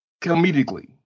comedically